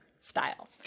style